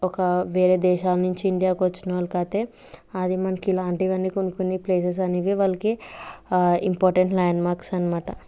ఒక వేరే దేశం నుంచి ఇండియాకి వచ్చిన వాళ్ళకికైతే అదే మనకి ఇలాంటివన్నీ కొన్ని కొన్నిప్లేసెస్ అనేవి వాళ్ళకి ఇంపార్టెంట్ ల్యాండ్ మార్క్స్ అనమాట